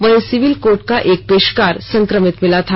वहीं civil court का एक पेशकार संक्रमित मिला था